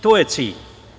To je cilj.